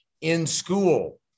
in-school